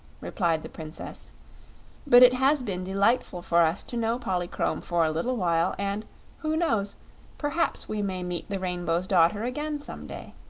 replied the princess but it has been delightful for us to know polychrome for a little while, and who knows perhaps we may meet the rainbow's daughter again, some day.